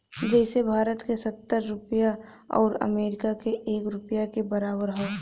जइसे भारत क सत्तर रुपिया आउर अमरीका के एक रुपिया के बराबर हौ